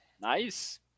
Nice